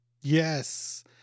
Yes